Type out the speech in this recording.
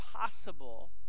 possible